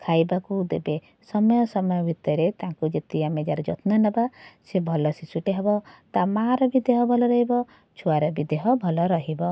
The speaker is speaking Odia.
ଖାଇବାକୁ ଦେବେ ସମୟ ସମୟ ଭିତରେ ତାଙ୍କୁ ଯଦି ଆମେ ତାର ଯତ୍ନନବା ସେ ଭଲ ଶିଶୁଟେ ହବ ତା ମାଁର ବି ଦେହ ଭଲ ରହିବ ଛୁଆର ବି ଦେହ ଭଲ ରହିବ